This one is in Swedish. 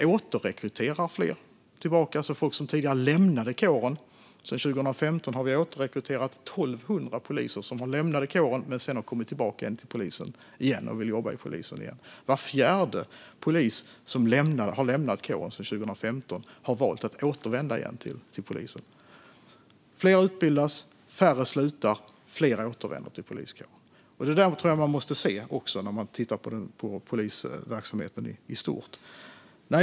Sedan 2015 har vi även återrekryterat 1 200 poliser som lämnat kåren men sedan har kommit tillbaka och vill jobba i polisen igen. Var fjärde polis som har lämnat kåren sedan 2015 har valt att återvända till polisen. Fler utbildas, färre slutar och fler återvänder till polisen. Det måste man också se när man tittar på polisverksamheten i stort.